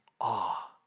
awe